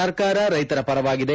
ಸರ್ಕಾರ ರೈತರ ಪರವಾಗಿದೆ